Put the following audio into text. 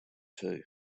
too